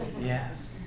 yes